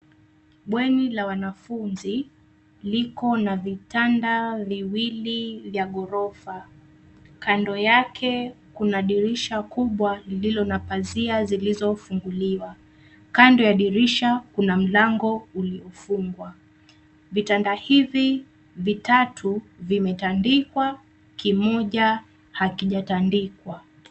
Bweni la wanafunzi liko na vitanda viwili vya ghorofa, kando yake kuna dirisha kubwa lililo na pazia zilizofunguliwa. Kando ya dirisha kuna mlango uliofungwa. Vitanda hivi vitatu vimetandikwa kimoja hakijatandikwa.